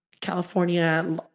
California